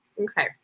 Okay